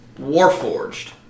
Warforged